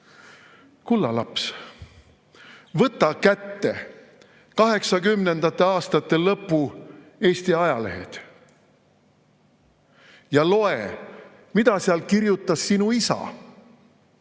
kulla laps, võtta kätte 1980. aastate lõpu Eesti ajalehed ja loe, mida seal kirjutas sinu isa,